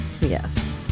Yes